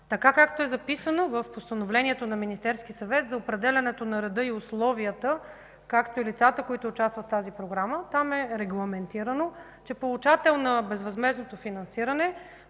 Както е записано в Постановлението на Министерския съвет за определяне на реда и условията, както и лицата, които участват в тази програма, там е регламентирано, че получател на безвъзмездното финансиране